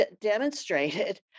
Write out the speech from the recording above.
demonstrated